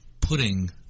putting